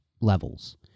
levels